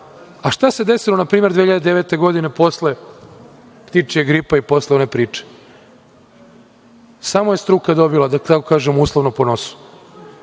se desilo, na primer 2009. godine, posle ptičijeg gripa i posle one priče? Samo je struka dobila, da tako kažem, uslovno po nosu.